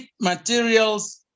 materials